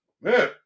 Man